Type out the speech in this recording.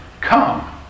Come